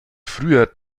früher